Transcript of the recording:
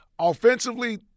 Offensively